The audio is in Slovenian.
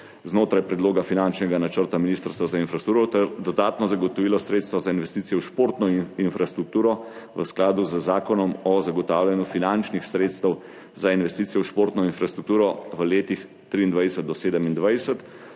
znotraj predloga finančnega načrta Ministrstva za infrastrukturo ter dodatno zagotovilo sredstva za investicije v športno infrastrukturo v skladu z Zakonom o zagotavljanju finančnih sredstev za investicije v športno infrastrukturo v letih od 2023 do 2027.